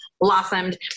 blossomed